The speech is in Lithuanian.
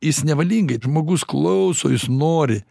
jis nevalingai žmogus klauso jis nori